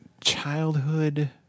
childhood